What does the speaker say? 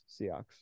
Seahawks